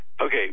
Okay